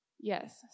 Yes